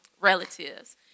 relatives